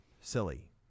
silly